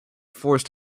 forced